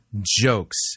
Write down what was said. jokes